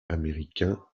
américain